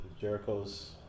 Jericho's